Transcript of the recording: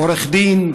עורך דין,